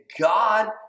God